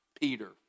Peter